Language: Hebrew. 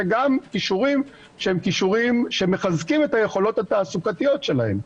וגם כישורים שמחזקים את היכולת התעסוקתיות שלהם.